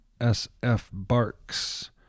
sfbarks